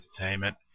entertainment